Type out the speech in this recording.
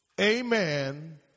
Amen